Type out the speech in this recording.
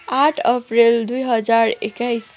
आठ अप्रेल दुई हजार एक्काइस